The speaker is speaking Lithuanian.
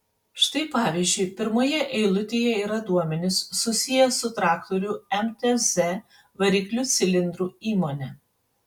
štai pavyzdžiui pirmoje eilutėje yra duomenys susiję su traktorių mtz variklių cilindrų įmone